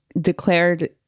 declared